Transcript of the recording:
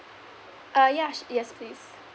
uh yeah yes please